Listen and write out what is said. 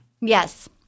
Yes